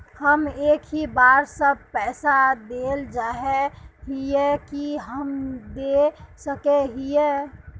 हम एक ही बार सब पैसा देल चाहे हिये की हम दे सके हीये?